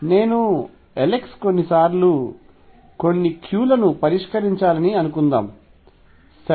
నేను Lx సార్లు కొన్ని Q లను పరిష్కరించాలని అనుకుందాం సరే